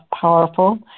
powerful